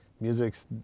music's